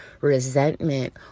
resentment